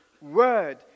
word